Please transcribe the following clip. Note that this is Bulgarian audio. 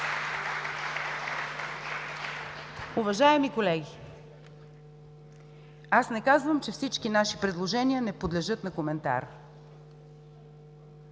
Уважаеми колеги, аз не казвам, че всички наши предложения не подлежат на коментар.